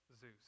Zeus